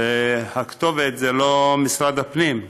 והכתובת היא לא משרד הפנים.